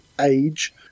age